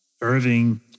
Irving